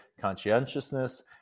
conscientiousness